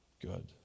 good